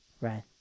Right